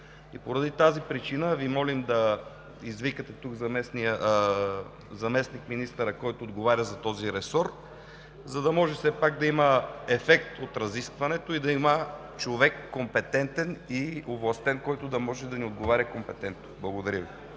Поради тази причина Ви молим да извикате тук заместник-министъра, който отговоря за този ресор, за да може все пак да има ефект от разискването и да има човек – компетентен и овластен, който да може да ни отговаря компетентно. Благодаря Ви.